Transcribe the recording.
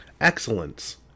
Excellence